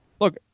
Look